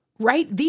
Right